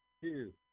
two